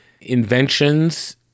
inventions